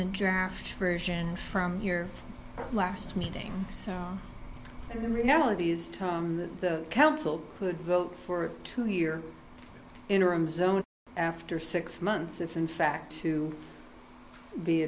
the draft version from your last meeting and the reality is time that the council could vote for two year interim zone after six months if in fact to be